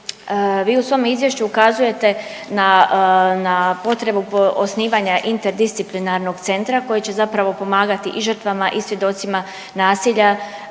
Vi u svom izvješću ukazujete na, na potrebu osnivanja interdisciplinarnog centra koji će zapravo pomagati i žrtvama i svjedocima nasilja